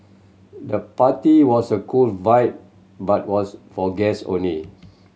the party was a cool vibe but was for guests only